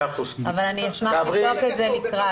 אבל אני אשמח לבדוק את זה לקראת.